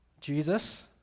Jesus